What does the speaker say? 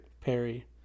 Perry